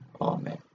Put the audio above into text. Amen